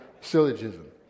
syllogism